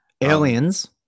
Aliens